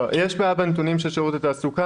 לא, יש בעיה בנתונים של שירות התעסוקה.